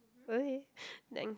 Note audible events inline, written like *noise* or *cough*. okay *breath* thank~